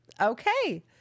okay